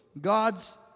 God's